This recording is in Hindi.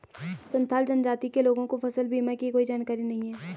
संथाल जनजाति के लोगों को फसल बीमा की कोई जानकारी नहीं है